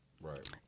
Right